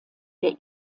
der